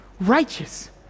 righteous